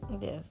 Yes